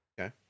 Okay